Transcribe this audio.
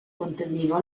contadino